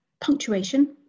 Punctuation